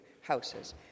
houses